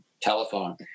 telephone